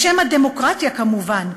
בשם ה'דמוקרטיה' כמובן,